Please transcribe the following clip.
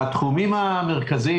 התחומים המרכזיים,